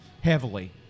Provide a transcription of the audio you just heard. heavily